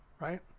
Right